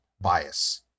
bias